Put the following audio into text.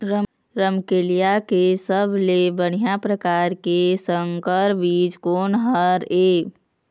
रमकलिया के सबले बढ़िया परकार के संकर बीज कोन हर ये?